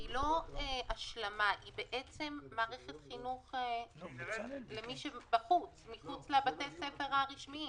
היא מערכת חינוך למי שמחוץ לבתי הספר הרשמיים